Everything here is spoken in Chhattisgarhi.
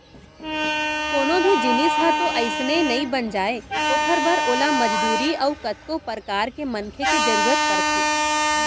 कोनो भी जिनिस ह तो अइसने नइ बन जाय ओखर बर ओला मजदूरी अउ कतको परकार के मनखे के जरुरत परथे